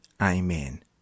Amen